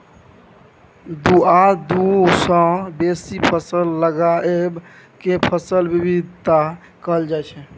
दु आ दु सँ बेसी फसल लगाएब केँ फसल बिबिधता कहल जाइ छै